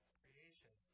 creation